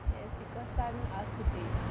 that's because sun asked to date